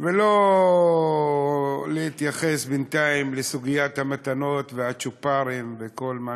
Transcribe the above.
ולא להתייחס בינתיים לסוגיית המתנות והצ'ופרים וכל מה